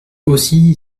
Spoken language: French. aussi